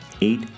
eight